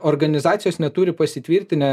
organizacijos neturi pasitvirtinę